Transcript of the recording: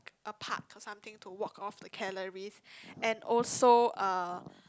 a park or something to walk off the calories and also uh